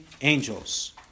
angels